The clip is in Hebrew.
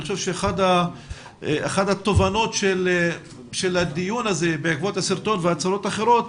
אני חושב שאחת התובנות של הדיון הזה בעקבות הסרטון והצהרות אחרות,